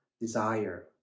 desire